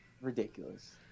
ridiculous